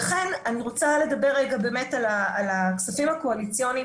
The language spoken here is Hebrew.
אני רוצה לדבר רגע על הכספים הקואליציוניים